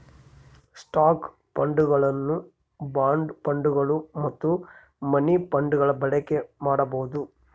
stock ಫಂಡ್ಗಳನ್ನು bond ಫಂಡ್ಗಳು ಮತ್ತು ಮನಿ ಫಂಡ್ಗಳ ಬಳಕೆ ಮಾಡಬೊದು